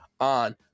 on